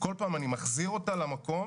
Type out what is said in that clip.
כל פעם אני מחזיר אותה למקום